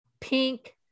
pink